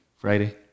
friday